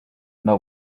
know